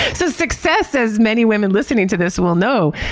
so success, as many women listening to this will know,